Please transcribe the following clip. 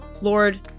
Lord